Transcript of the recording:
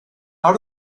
how